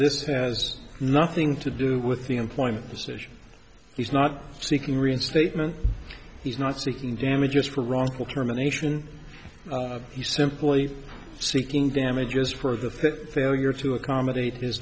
this has nothing to do with the employment decision he's not seeking reinstatement he's not seeking damages for wrongful termination he simply seeking damages for the failure to accommodate his